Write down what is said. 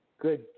good